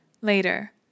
Later